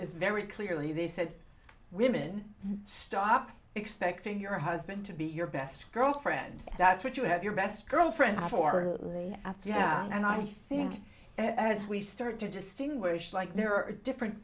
very clearly they said women stop expecting your husband to be your best girlfriend that's what you have your best girlfriend for and i think as we start to distinguish like there are different